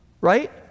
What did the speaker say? right